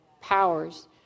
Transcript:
powers